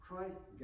Christ